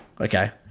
Okay